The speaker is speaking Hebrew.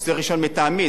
הסדר ראשון מטעמי,